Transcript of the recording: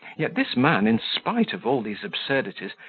yet this man, in spite of all these absurdities,